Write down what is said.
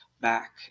back